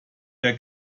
der